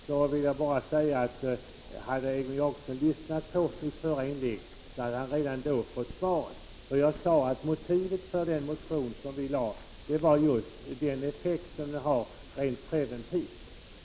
Om Egon Jacobsson hade lyssnat på mitt förra inlägg, hade han fått svaret. Jag sade att motivet till den motion som vi väckt var just den effekt som lagen har rent preventivt.